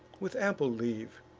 with ample leave